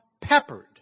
peppered